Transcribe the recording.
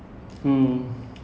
it's damn nice lah